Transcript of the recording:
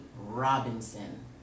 Robinson